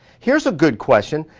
here's a good question.